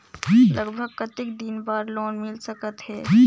लगभग कतेक दिन बार लोन मिल सकत हे?